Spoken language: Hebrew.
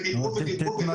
ודיברו ודיברו.